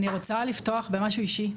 אני רוצה לפתוח במשהו אישי,